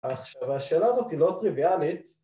עכשיו, השאלה הזאת היא לא טריוויאלית.